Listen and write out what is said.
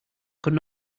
could